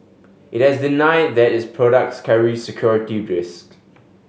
it has denied that its products carry security risk